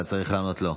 אתה צריך לענות לו.